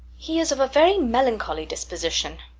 he is of a very melancholy disposition.